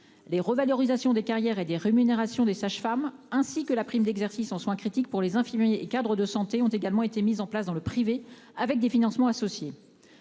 Les revalorisations des carrières et des rémunérations des sages-femmes, ainsi que la prime d'exercice en soins critiques pour les infirmiers et les cadres de santé, ont également été mises en place dans le privé, avec des financements associés.